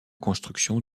construction